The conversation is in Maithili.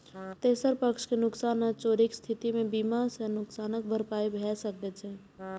तेसर पक्ष के नुकसान आ चोरीक स्थिति मे बीमा सं नुकसानक भरपाई भए सकै छै